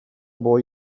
boy